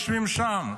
שיושבים שם.